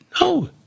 No